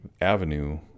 avenue